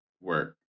work